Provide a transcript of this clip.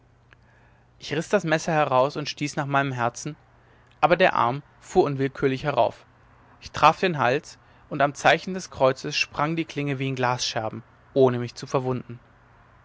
ich riß das messer heraus und stieß nach meinem herzen aber der arm fuhr unwillkürlich herauf ich traf den hals und am zeichen des kreuzes sprang die klinge wie in glasscherben ohne mich zu verwunden